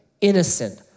innocent